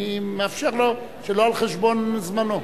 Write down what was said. אני מאפשר לו שלא על חשבון זמנו.